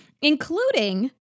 including